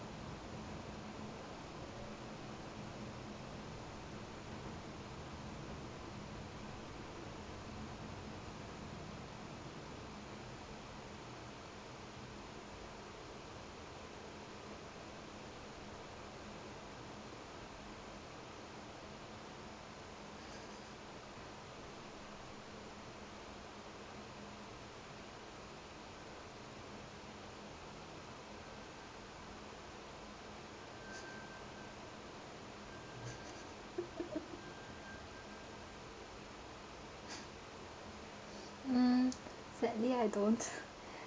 um sadly I don't